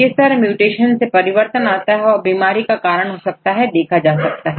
किस तरह म्यूटेशन से परिवर्तन आता है और बीमारी का कारण हो सकता है देखा जा सकता है